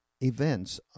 events